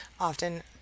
often